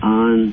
on